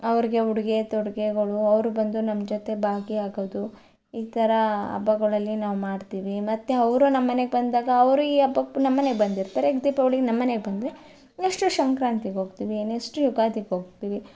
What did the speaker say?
ಅವ್ರಿಗೆ ಉಡುಗೆ ತೊಡುಗೆಗಳು ಅವ್ರು ಬಂದು ನಮ್ಮ ಜೊತೆ ಬಾಗಿ ಆಗೋದು ಈ ಥರ ಹಬ್ಬಗಳಲ್ಲಿ ನಾವು ಮಾಡ್ತೀವಿ ಮತ್ತೆ ಅವರು ನಮ್ಮ ಮನೆಗೆ ಬಂದಾಗ ಅವ್ರು ಈ ಹಬ್ಬಕ್ಕೆ ನಮ್ಮ ಮನೆಗೆ ಬಂದಿರ್ತಾರೆ ಈಗ ದೀಪಾವಳಿಗೆ ನಮ್ಮ ಮನೆಗೆ ಬಂದರೆ ನೆಕ್ಸ್ಟ್ ಸಂಕ್ರಾಂತಿಗೆ ಹೋಗ್ತೀ ವಿ ನೆಕ್ಸ್ಟ್ ಯುಗಾದಿಗೆ ಹೋಗ್ತೀವಿ